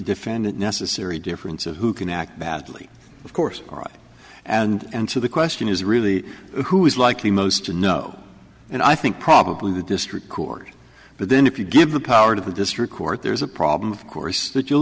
defendant necessary difference of who can act badly of course and to the question is really who is likely most to know and i think probably the district court but then if you give the power to the district court there's a problem of course that you'll